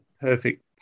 perfect